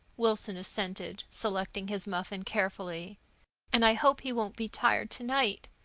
wilson assented, selecting his muffin carefully and i hope he won't be tired tonight.